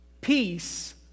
Peace